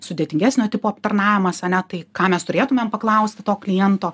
sudėtingesnio tipo aptarnavimas ane tai ką mes turėtumėm paklausti to kliento